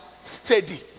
steady